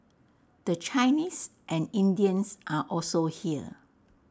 the Chinese and Indians are also here